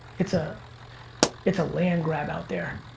it's ah it's a land grab out there.